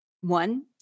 One